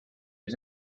was